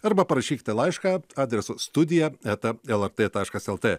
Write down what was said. arba parašykite laišką adresu studija eta el er tė taškas el tė